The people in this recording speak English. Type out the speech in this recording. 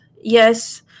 yes